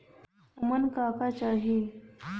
उमन का का चाही?